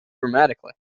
grammatically